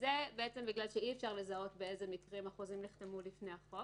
זה בגלל שאי-אפשר לזהות באיזה מקרים החוזים נחתמו לפני החוק,